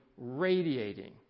radiating